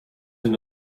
and